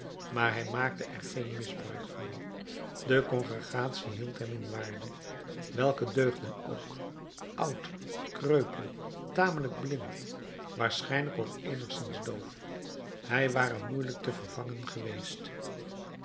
maar hij maakte er geen misbruik van de congregatie hield hem in waarde welke deugden ook oud kreupel tamelijk blind waarschijnlijk ook eenigszins doof hij ware moeielijk te vervangen geweest